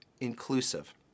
inclusive